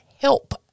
help